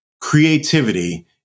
creativity